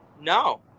No